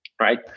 right